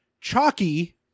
Chalky